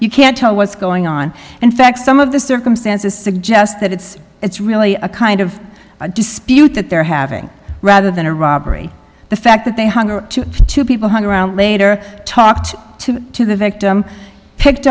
you can't tell what's going on in fact some of the circumstances suggest that it's it's really a kind of a dispute that they're having rather than a robbery the fact that they hung or two people hung around later talked to the victim picked